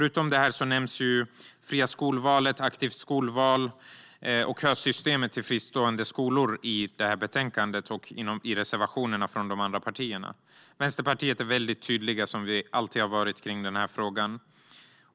Utöver detta nämns det fria skolvalet, aktivt skolval och kösystemet till fristående skolor i betänkandet och i reservationerna från de andra partierna. Vi i Vänsterpartiet är, som vi alltid har varit, väldigt tydliga i denna fråga.